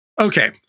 Okay